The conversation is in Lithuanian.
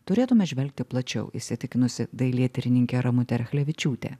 turėtume žvelgti plačiau įsitikinusi dailėtyrininkė ramutė rachlevičiūtė